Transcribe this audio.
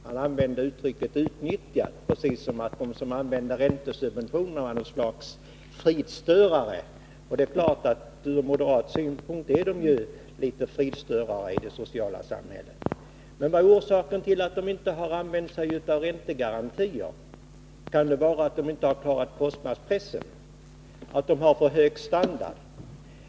Han använde uttrycket ”utnyttjat” , precis som om de som använde räntesubventioner vore något slags fridstörare. Det är klart att ur moderat synpunkt är de kanske fridstörare i det sociala samhället. Men vad är orsaken till att man inte har använt sig av räntegarantier? Kan orsaken vara den att man inte har klarat kostnadspressen — att standarden är för hög?